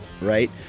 right